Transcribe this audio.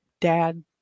Dad